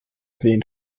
wehen